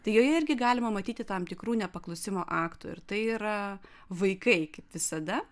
tai joje irgi galima matyti tam tikrų nepaklusimo aktų ir tai yra vaikai kaip visada